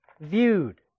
viewed